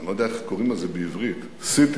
אני לא יודע איך קוראים לזה בעברית, סיטי.